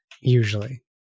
usually